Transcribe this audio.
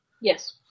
Yes